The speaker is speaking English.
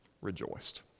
rejoiced